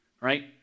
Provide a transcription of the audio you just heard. right